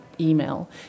email